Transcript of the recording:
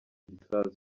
gisasu